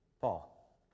Paul